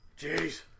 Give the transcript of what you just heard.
Jeez